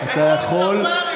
וכל שפה ראויה,